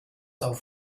auf